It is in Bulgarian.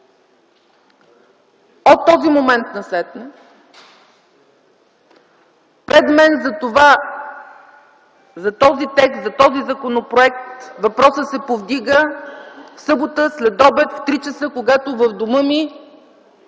От този момент насетне пред мен за този текст, за този законопроект, въпросът се повдига в събота след обяд, в 15,00 ч., когато в дома ми